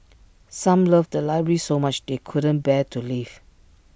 some loved the library so much they couldn't bear to leave